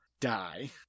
die